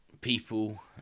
people